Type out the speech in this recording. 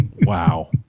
Wow